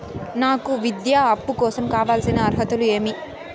నాకు విద్యా అప్పు కోసం కావాల్సిన అర్హతలు ఏమి?